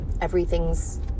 everything's